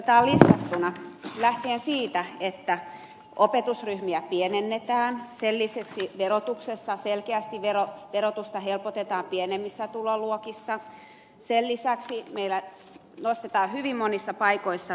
otetaan listattuna lähtien siitä että opetusryhmiä pienennetään sen lisäksi selkeästi verotusta helpotetaan pienemmissä tuloluokissa sen lisäksi meillä nostetaan hyvin monissa paikoissa